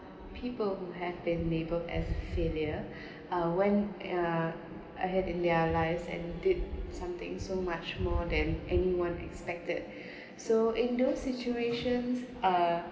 people who have been labelled as failure uh when uh I had in their lives and did something so much more than anyone expected so in those situations uh